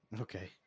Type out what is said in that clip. okay